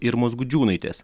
irmos gudžiūnaitės